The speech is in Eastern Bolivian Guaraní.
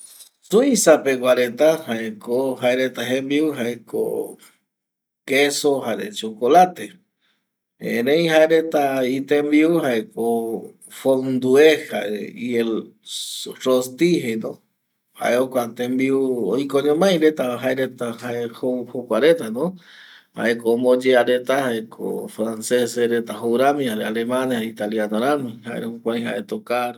Suiza pegua reta jaeko jaereta jembiu jae kesu jare chokolate erei jaereta itembiu jaeko fondue y el rosti jeino jae jokua, jae jokua tembiu oiko ñomai retava jaereta jae jou jokuaretano jaeko omboyea reta jaeko franceses reta jou rami jare alemania, jare italiano rami jare jokurai jaereta okaru